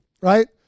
right